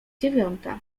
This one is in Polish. dziewiąta